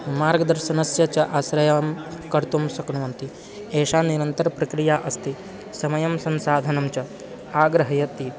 मार्गदर्शनस्य च आश्रयं कर्तुं शक्नुवन्ति एषा निरन्तरप्रक्रिया अस्ति समयः संसाधनं च आग्रहयति